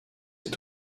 est